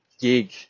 gig